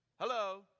Hello